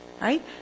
right